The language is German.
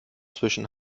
zwischen